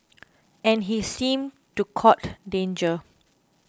and he seemed to court danger